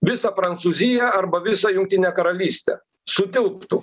visą prancūziją arba visą jungtinę karalystę sutilptų